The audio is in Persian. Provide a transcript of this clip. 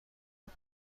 بود